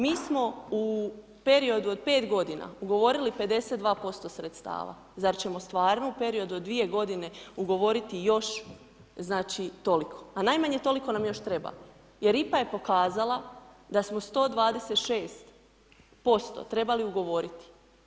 Mi smo u periodu od 5 godina, ugovorili 52% sredstava, zar ćemo stvarno u periodu od 2 godine ugovoriti još, znači, toliko?, a najmanje toliko nam još treba, jer IPA je pokazala da smo 126% trebali ugovoriti.